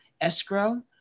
escrow